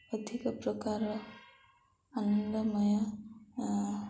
ଅଧିକ ପ୍ରକାରର ଆନନ୍ଦମୟ